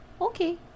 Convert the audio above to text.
Okay